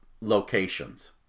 locations